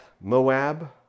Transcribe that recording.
moab